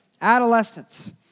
Adolescence